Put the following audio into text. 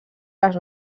les